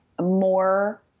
more